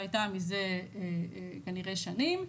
שהיתה מזה כנראה שנים,